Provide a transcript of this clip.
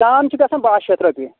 ترٛام چھِ گژھن بَہہ شیٚتھ رۄپیہِ